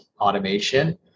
automation